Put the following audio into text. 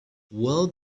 well